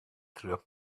through